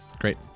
Great